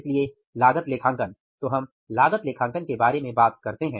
इसलिए लागत लेखांकन तो हम लागत लेखांकन के बारे में बात करते हैं